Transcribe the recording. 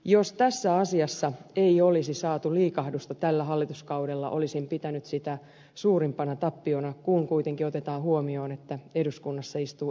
jos tässä asiassa ei olisi saatu liikahdusta tällä hallituskaudella olisin pitänyt sitä suurimpana tappiona kun kuitenkin otetaan huomioon että eduskunnassa istuu ennätysmäärä naisia